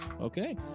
Okay